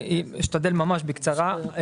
אני אשתדל ממש בקצרה.